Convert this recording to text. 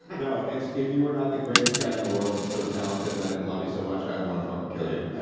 no, it's if you were not the greatest guy in the world and so talented and i didn't love you so much, i would want to fucking kill you.